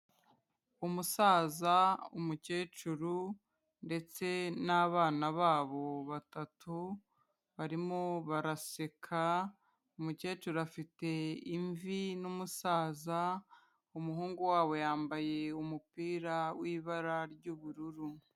Umusaza, umukecuru ndetse n'abana babo batatu, barimo baraseka, umukecuru afite imvi n'umusaza, umuhungu wabo yambaye umupira w'ibara ry'ubururu.